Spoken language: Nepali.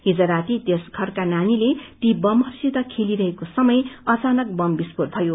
हिज राती त्यसै घरका नानीले बमहरूसित खेलिरहेको समय अचानक बम विस्फोट भयो